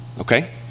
Okay